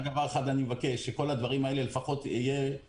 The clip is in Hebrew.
אני מבקש שכל הדברים האלה יירשמו.